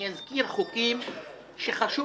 אני אזכיר חוקים שהכנסת